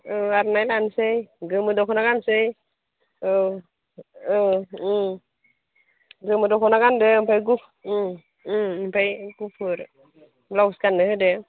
आर'नाइ लानसै गोमो दख'ना गानसै औ गोमो दख'ना गानदो ओमफ्राय गुफुर ब्लाउस गाननो होदो